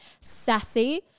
Sassy